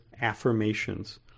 affirmations